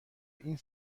این